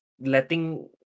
letting